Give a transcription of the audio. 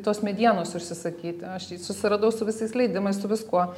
tos medienos užsisakyti aš jį susiradau su visais leidimais su viskuo